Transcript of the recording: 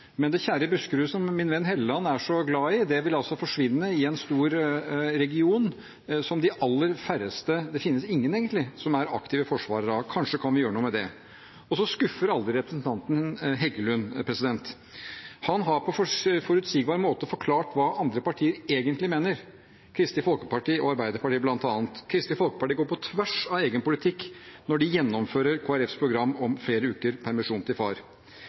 men det kjære Buskerud som min venn Helleland er så glad i, vil altså forsvinne i en stor region som de aller færreste – det finnes ingen egentlig – er aktive forsvarere av. Kanskje kan vi gjøre noe med det. Så skuffer aldri representanten Heggelund. Han har på forutsigbar måte forklart hva andre partier egentlig mener, bl.a. Kristelig Folkeparti og Arbeiderpartiet: Kristelig Folkeparti går på tvers av egen politikk når de gjennomfører Kristelig Folkepartis program om flere uker permisjon til far.